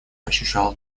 ощущал